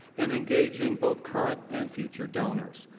and engaging both current and future donors.